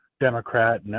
Democrat